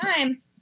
time